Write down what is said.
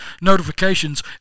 notifications